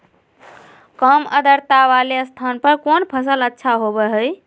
काम आद्रता वाले स्थान पर कौन फसल अच्छा होबो हाई?